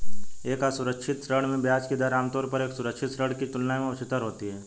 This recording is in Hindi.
एक असुरक्षित ऋण में ब्याज की दर आमतौर पर एक सुरक्षित ऋण की तुलना में उच्चतर होती है?